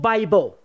Bible